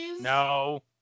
No